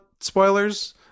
spoilers